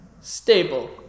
stable